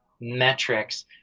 metrics